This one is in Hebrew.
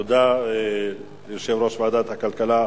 תודה ליושב-ראש ועדת הכלכלה,